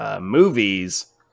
movies